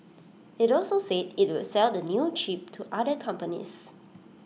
IT also said IT would sell the new chip to other companies